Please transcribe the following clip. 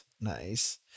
Nice